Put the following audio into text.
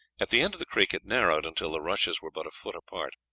at the end of the creek it narrowed until the rushes were but a foot apart.